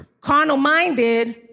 carnal-minded